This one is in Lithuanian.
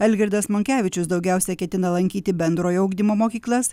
algirdas monkevičius daugiausiai ketina lankyti bendrojo ugdymo mokyklas